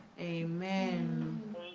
Amen